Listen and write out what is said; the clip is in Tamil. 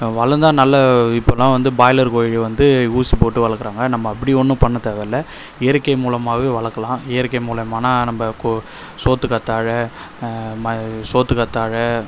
வளந்தால் நல்ல இப்போலான் வந்து பாய்லர் கோழியை வந்து ஊசி போட்டு வளர்க்குறாங்க நம்ப அப்படி ஒன்று பண்ண தேவைல்ல இயற்கை மூலமாகவே வளர்க்கலாம் இயற்கை மூலையமானா நம்ப சோற்று கற்றாழ சோற்று கற்றாழ